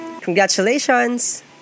Congratulations